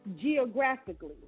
geographically